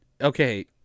Okay